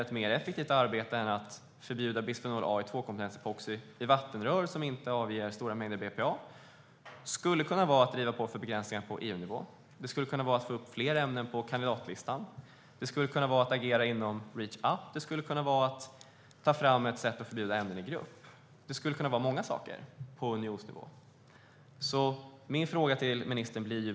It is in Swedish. Ett mer effektivt arbete än att förbjuda bisfenol A i tvåkomponentsepoxi i vattenrör som inte avger stora mängder BPA skulle kunna vara att driva på för begränsningar på EU-nivå. Det skulle kunna vara att få upp fler ämnen på kandidatlistan. Det skulle kunna vara att agera inom Reach up. Det skulle kunna vara att ta fram ett sätt att förbjuda ämnen i grupp. Det skulle kunna vara många saker, på unionsnivå.